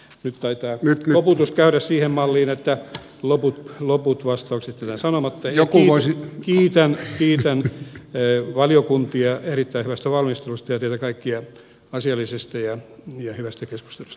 nyt taitaa koputus käydä siihen malliin että loput vastaukset jätän sanomatta ja kiitän valiokuntia erittäin hyvästä valmistelusta ja teitä kaikkia asiallisesta ja hyvästä keskustelusta